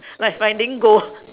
like finding gold